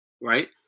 Right